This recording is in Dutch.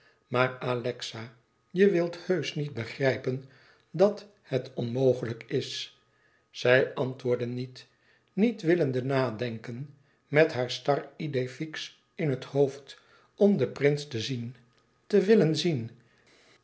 maar alexa je wilt heusch niet begrijpen dat het onmgelijk is zij antwoordde niet niet willende nadenken met haar star idee fixe in het hoofd om den prins te zien te willen zlen